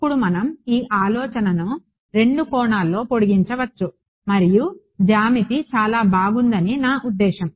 ఇప్పుడు మనం ఈ ఆలోచనను రెండు కోణాలలో పొడిగించవచ్చు మరియు జ్యామితి చాలా బాగుందని నా ఉద్దేశ్యం